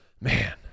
man